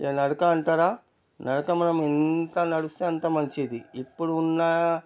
ఇక నడక అంటారా నడక మనం ఎంత నడుస్తే అంత మంచిది ఇప్పుడు ఉన్నా